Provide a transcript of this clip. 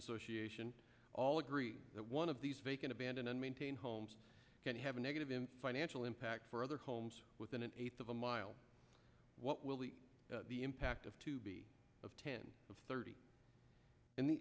association all agree that one of these vacant abandoned and maintained homes can have a negative in financial impact for other homes within an eighth of a mile what will be the impact of to be of ten thirty